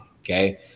Okay